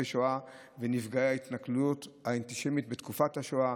שואה ונפגעי ההתנכלות האנטישמית בתקופת השואה.